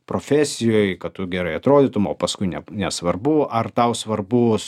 profesijoj kad tu gerai atrodytum o paskui ne nesvarbu ar tau svarbus